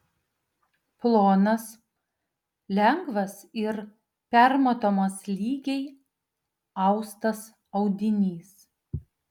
plonas lengvas ir permatomas lygiai austas audinys